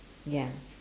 ya